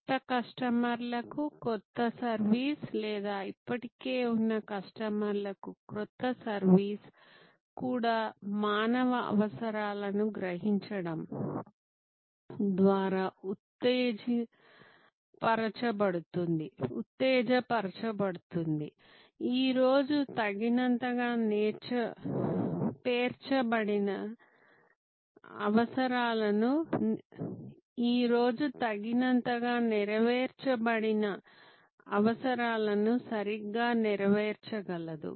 క్రొత్త కస్టమర్లకు క్రొత్త సర్వీస్ లేదా ఇప్పటికే ఉన్న కస్టమర్కు క్రొత్త సర్వీస్ కూడా మానవ అవసరాలను గ్రహించడం ద్వారా ఉత్తేజపరచబడుతుంది ఈ రోజు తగినంతగా నెరవేర్చబడని అవసరాలను సరిగ్గా నెరవేర్చగలదు